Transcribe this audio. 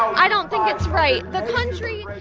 i don't think it's right. the country